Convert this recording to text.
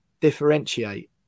differentiate